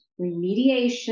remediation